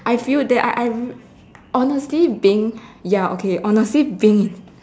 I feel that I I I honestly being ya okay honestly being